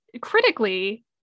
critically